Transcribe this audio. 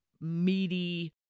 meaty